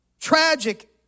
Tragic